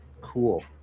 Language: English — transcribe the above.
Cool